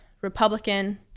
Republican